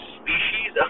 species